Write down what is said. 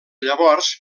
llavors